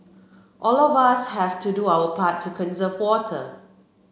all of us have to do our part to conserve water